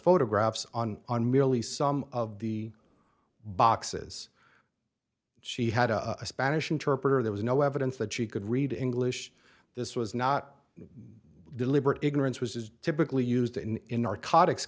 photographs on on merely some of the boxes she had a spanish interpreter there was no evidence that she could read in english this was not deliberate ignorance which is typically used in narcotics